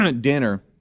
dinner